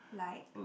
like